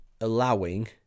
allowing